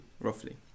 roughly